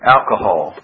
Alcohol